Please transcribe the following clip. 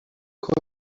کنید